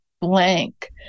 Blank